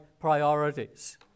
priorities